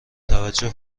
توجه